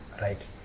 Right